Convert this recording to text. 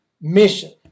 mission